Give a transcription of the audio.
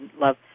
love